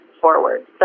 forward